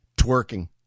twerking